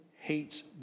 hates